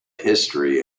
history